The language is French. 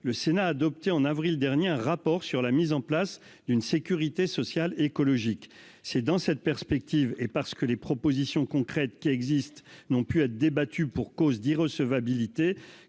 le Sénat a adopté en avril dernier un rapport sur la mise en place d'une sécurité sociale, écologique, c'est dans cette perspective et parce que les propositions concrètes qui existe n'ont pu être débattu pour cause d'irrecevabilité